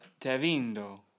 Tevindo